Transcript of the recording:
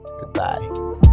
Goodbye